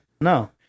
No